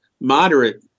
moderate